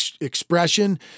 expression